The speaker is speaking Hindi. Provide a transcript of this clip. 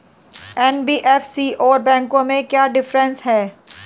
एन.बी.एफ.सी और बैंकों में क्या डिफरेंस है?